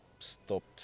stopped